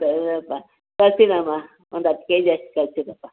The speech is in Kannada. ಸ್ವಲ್ಪ ಕಳಿಸ್ತೀನಮ್ಮ ಒಂದು ಹತ್ತು ಕೆ ಜಿ ಅಷ್ಟು ಕಳ್ಸಿಬಿಡಪ್ಪ